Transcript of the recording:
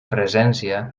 presència